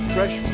Fresh